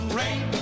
rain